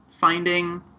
finding